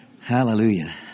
Hallelujah